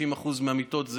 שזה כ-50% מהמיטות,